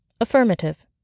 Affirmative